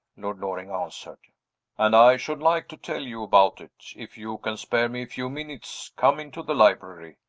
lord loring answered and i should like to tell you about it. if you can spare me a few minutes, come into the library.